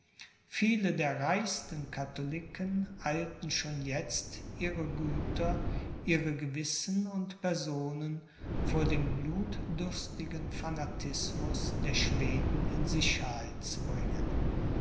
viele der reichsten katholiken eilten schon jetzt ihre güter ihre gewissen und personen vor dem blutdürstigen fanatismus der schweden in sicherheit zu bringen